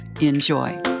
Enjoy